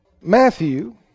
Matthew